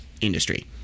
industry